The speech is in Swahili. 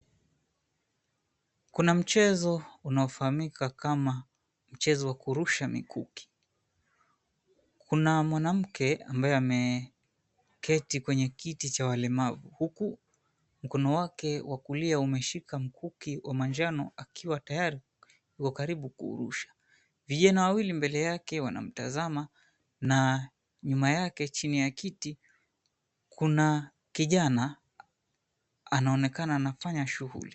Kuna mchezo unaofahamika kama michezo wa kurusha mikuki. Kuna mwanamke ambaye ameketi kwenye kiti cha walemavu huku mkono wake wa kulia umeshika mkuki wa manjano akiwa tayari kuwa karibu kuirusha. Vijana wawili mbele yake wanamtazama na nyuma yake chini ya kiti kuna kijana anaonekana anafanya shughuli.